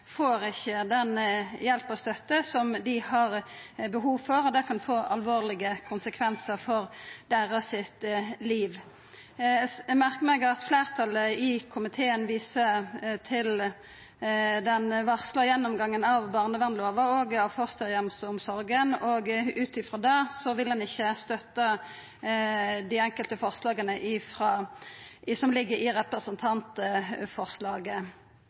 får ikkje den hjelpa og støtta som dei har behov for, og det kan få alvorlege konsekvensar for livet deira. Eg merkar meg at fleirtalet i komiteen viser til den varsla gjennomgangen av barnevernslova og fosterheimsomsorga, og ut frå det vil ein ikkje støtta dei enkelte forslaga som ligg i representantforslaget.